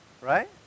Right